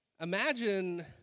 imagine